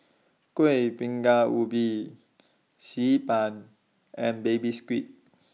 Kuih Bingka Ubi Xi Ban and Baby Squid